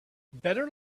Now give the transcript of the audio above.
better